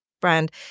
brand